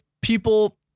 people